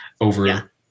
over